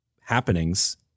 happenings